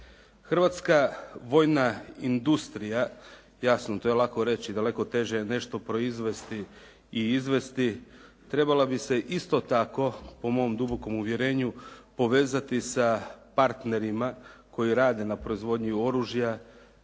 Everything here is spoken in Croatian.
Hrvatska vojna industrija, jasno to je lako reći, daleko teže je nešto proizvesti i izvesti, trebala bi se isto tako po mom dubokom uvjerenju povezati sa partnerima koji radi na proizvodnji oružja